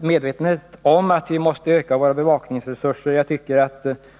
medvetenhet om att vi måste öka våra bevakningsresurser.